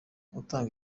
atanga